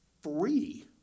free